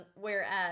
Whereas